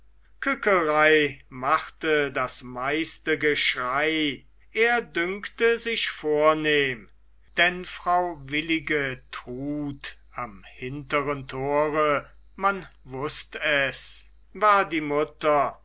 machte das meiste geschrei er dünkte sich vornehm denn frau willigetrud am hinteren tore man wußt es war die mutter